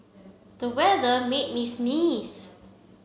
the weather made me sneeze